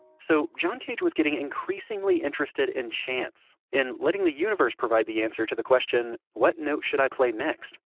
so, john cage was getting increasingly interested in chance in letting the universe provide the answer to the question what note should i play next.